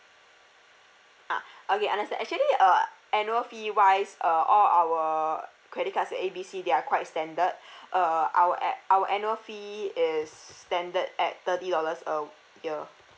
ah okay understand actually uh annual fee wise uh all our credit cards at A B C they are quite standard uh our a~ our annual fee is standard at thirty dollars a year